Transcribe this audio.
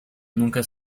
nunca